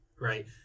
right